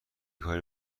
کاری